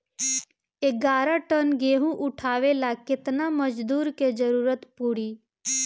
ग्यारह टन गेहूं उठावेला केतना मजदूर के जरुरत पूरी?